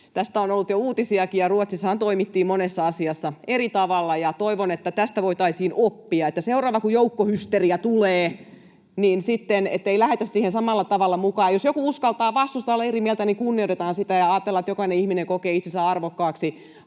Tästä on ollut jo uutisiakin. Ruotsissahan toimittiin monessa asiassa eri tavalla, ja toivon, että tästä voitaisiin oppia, niin että kun seuraava joukkohysteria tulee, ei sitten lähdetä siihen samalla tavalla mukaan. Jos joku uskaltaa vastustaa, olla eri mieltä, niin kunnioitetaan sitä ja ajatellaan, että jokainen ihminen kokee itsensä arvokkaaksi,